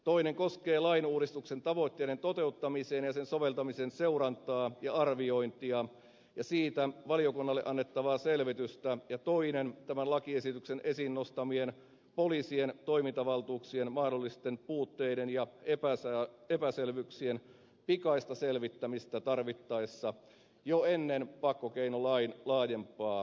toinen koskee lainuudistuksen tavoitteiden toteuttamisen ja sen soveltamisen seurantaa ja arviointia ja siitä valiokunnalle annettavaa selvitystä ja toinen tämän lakiesityksen esiin nostamien poliisien toimintavaltuuksien mahdollisten puutteiden ja epäselvyyksien pikaista selvittämistä tarvittaessa jo ennen pakkokeinolain laajempaa uudistusta